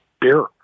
beer